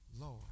Lord